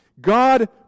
God